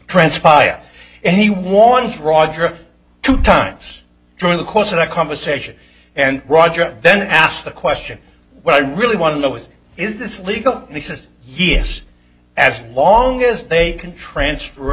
transpire and he wants roger two times during the course of the conversation and roger then asked the question what i really want to know is is this legal and he says yes as long as they can transfer